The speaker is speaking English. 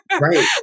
Right